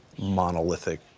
monolithic